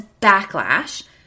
backlash